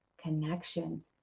connection